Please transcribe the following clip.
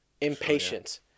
impatience